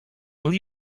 will